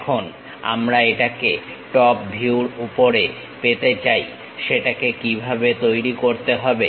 এখন আমরা এটাকে টপ ভিউর উপরে পেতে চাই সেটাকে কিভাবে তৈরি করতে হবে